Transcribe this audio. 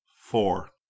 Four